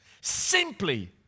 simply